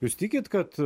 jūs tikit kad